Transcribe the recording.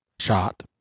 shot